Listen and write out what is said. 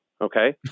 Okay